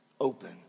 open